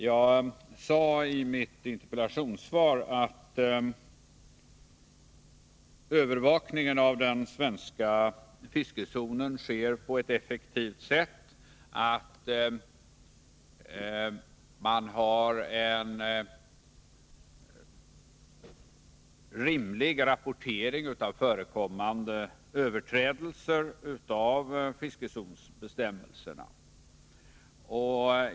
Jag sade i mitt interpellationssvar att övervakningen av den svenska fiskezonen sker på ett effektivt sätt och att man har en rimlig rapportering av förekommande överträdelser av fiskezonsbestämmelserna.